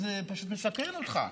כי זה פשוט מסקרן אותך.